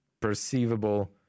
perceivable